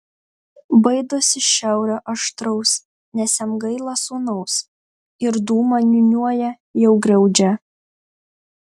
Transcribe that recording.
baidosi šiaurio aštraus nes jam gaila sūnaus ir dūmą niūniuoja jau griaudžią